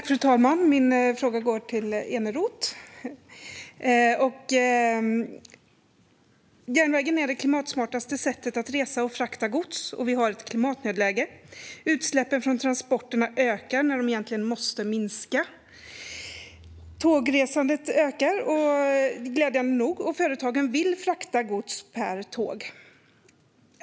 Fru talman! Min fråga går till Eneroth. Järnvägen är det klimatsmartaste sättet att resa och frakta gods, och vi har ett klimatnödläge. Utsläppen från transporter ökar när de egentligen måste minska. Tågresandet ökar, glädjande nog, och företagen vill frakta gods med tåg.